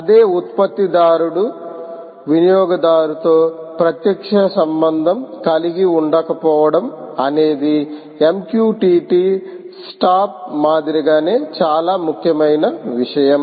అదే ఉత్పత్తిదారుడు వినియోగదారుతో ప్రత్యక్ష సంబంధం కలిగి ఉండకపోవడం అనేది MQTT స్టాప్ మాదిరిగానే చాలా ముఖ్యమైన విషయం